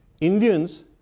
Indians